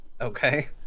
Okay